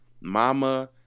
mama